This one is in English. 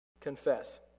Confess